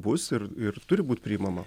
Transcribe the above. bus ir ir turi būt priimama